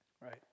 right